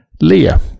Leah